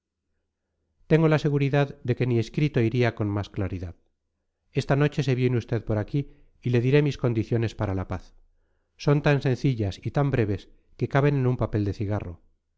tengo la seguridad de que ni escrito iría con más claridad esta noche se viene usted por aquí y le diré mis condiciones para la paz son tan sencillas y tan breves que caben en un papel de cigarro